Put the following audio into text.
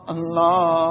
Allah